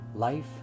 Life